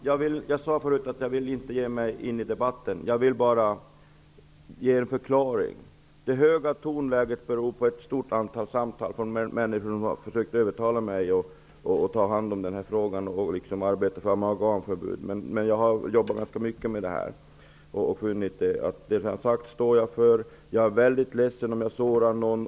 Herr talman! Jag sade tidigare att jag inte vill ge mig in i debatten. Men jag vill ge en förklaring. Det höga tonläget beror på ett stort antal samtal med människor som försökt övertala mig att engagera mig i den här frågan och arbeta för amalgamförbud. Jag har jobbat ganska mycket med detta. Det som jag har sagt står jag för. Men jag är väldigt ledsen om jag sårat någon.